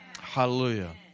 Hallelujah